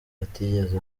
atigeze